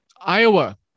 Iowa